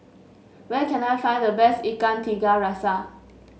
where can I find the best Ikan Tiga Rasa